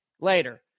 later